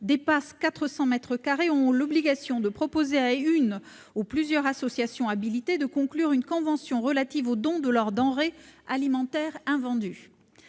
dépasse 400 mètres carrés ont l'obligation de proposer à une ou plusieurs associations habilitées de conclure une convention relative au don de leurs denrées alimentaires invendues.